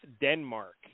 Denmark